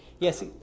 Yes